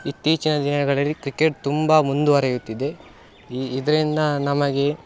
ಇತ್ತೀಚಿನ ದಿನಗಳಲ್ಲಿ ಕ್ರಿಕೆಟ್ ತುಂಬ ಮುಂದುವರೆಯುತ್ತಿದೆ ಇದರಿಂದ ನಮಗೆ